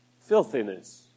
filthiness